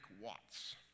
Watts